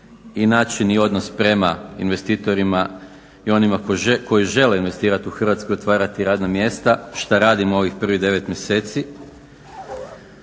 i način i odnos prema investitorima i onima koji žele investirati u Hrvatsku i otvarati radna mjesta šta radimo ovih prvih 9 mjeseci.